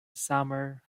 summer